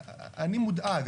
אני מודאג.